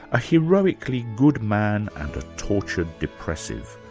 a heroically good man and a tortured depressive.